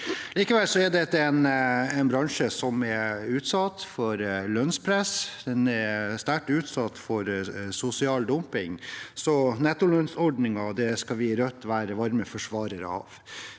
Likevel er dette en bransje som er utsatt for et lønnspress, den er sterkt utsatt for sosial dumping, så nettolønnsordningen skal vi i Rødt være varme forsvarere av.